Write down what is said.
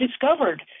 discovered